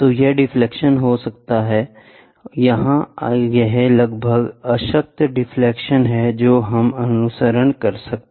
तो यह डिफलेक्शन हो सकता है यहाँ यह लगभग है अशक्त डिफलेक्शन है जो हम अनुसरण करते हैं